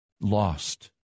lost